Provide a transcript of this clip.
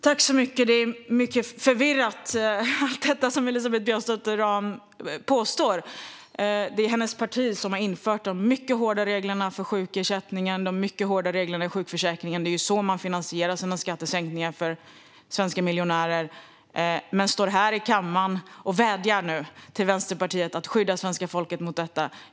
Fru talman! Allt detta som Elisabeth Björnsdotter Rahm påstår är mycket förvirrande. Det är hennes parti som har infört de mycket hårda reglerna för sjukersättningen och de mycket hårda reglerna i sjukförsäkringen. Det är ju så man finansierar sina skattesänkningar för svenska miljonärer. Men nu står hon här i kammaren och vädjar till Vänsterpartiet att skydda svenska folket mot detta.